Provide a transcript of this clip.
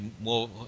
more